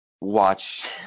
watch